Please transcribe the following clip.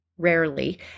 rarely